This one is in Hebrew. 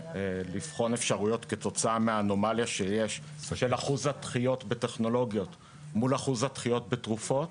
לבחון את העניין של אחוז הדחיות בטכנולוגיות לעומת אחוז הדחיות בתרופות.